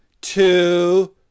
two